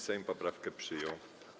Sejm poprawkę przyjął.